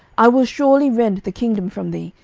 i will surely rend the kingdom from thee,